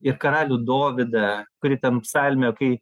ir karalių dovydą kuri ten psalmė kai